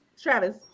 Travis